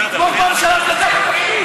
תפקיד, תתמוך בממשלה שנתנה לך תפקיד.